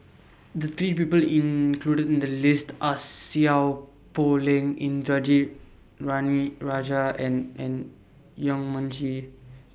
The three People included in The list Are Seow Poh Leng Indranee Rajah and N Yong Mun Chee